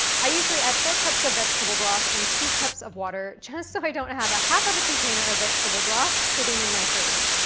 i usually add four cups of vegetable broth and two cups of water, just so i don't have a half of a container of vegetable broth sitting in my fridge.